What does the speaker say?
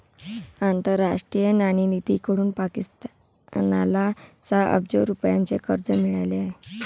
आंतरराष्ट्रीय नाणेनिधीकडून पाकिस्तानला सहा अब्ज रुपयांचे कर्ज मिळाले आहे